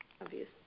Obvious